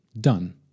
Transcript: Done